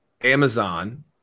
Amazon